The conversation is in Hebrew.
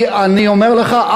כי אני אומר לך,